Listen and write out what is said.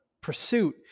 pursuit